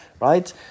right